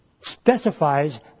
Specifies